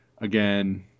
Again